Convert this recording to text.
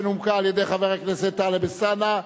שנומקה על-ידי חבר הכנסת טלב אלסאנע,